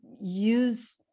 Use